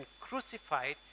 crucified